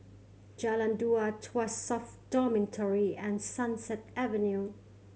Jalan Dua Tuas South Dormitory and Sunset Avenue